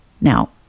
Now